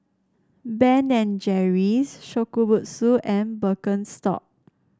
Ben and Jerry's Shokubutsu and Birkenstock